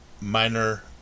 minor